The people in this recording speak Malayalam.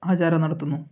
ആചാരം നടത്തുന്നു